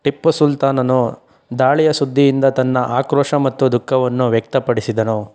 ಟಿಪ್ಪು ಸುಲ್ತಾನನು ದಾಳಿಯ ಸುದ್ದಿಯಿಂದ ತನ್ನ ಆಕ್ರೋಶ ಮತ್ತು ದುಃಖವನ್ನು ವ್ಯಕ್ತಪಡಿಸಿದನು